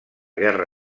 guerra